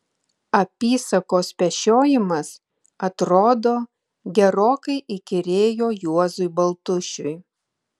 apysakos pešiojimas atrodo gerokai įkyrėjo juozui baltušiui